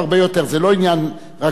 זה לא עניין רק של כסף.